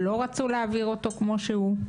לא רצו להעביר אותו כמו שהוא.